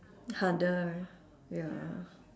harder ya